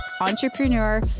entrepreneur